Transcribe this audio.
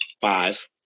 five